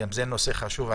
גם זה נושא חשוב.